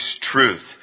truth